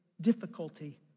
difficulty